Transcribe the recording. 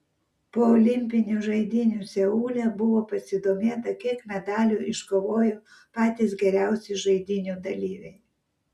po olimpinių žaidynių seule buvo pasidomėta kiek medalių iškovojo patys geriausi žaidynių dalyviai